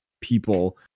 people